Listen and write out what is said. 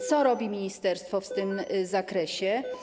Co robi ministerstwo w tym zakresie?